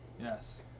Yes